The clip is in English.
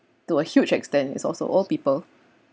to a huge extent is also all people